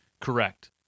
correct